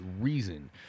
reason